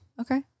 Okay